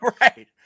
right